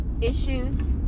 issues